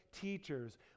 teachers